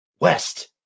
West